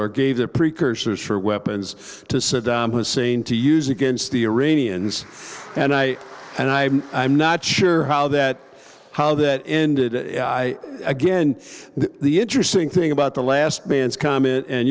or gave the precursors for weapons to saddam hussein to use against the iranians and i and i i'm not sure how that how that ended again the interesting thing about the last man's com